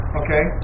okay